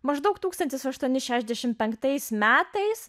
maždaug tūkstantis aštuoni šešiasdešimt penktais metais